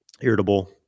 irritable